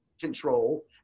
control